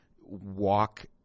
walk